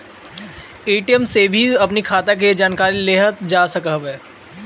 ATM से भी अपनी खाता के जानकारी लेहल जा सकत हवे